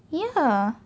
ya